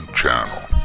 channel